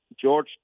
George